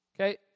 Okay